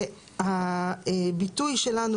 והביטוי שלנו,